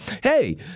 Hey